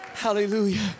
Hallelujah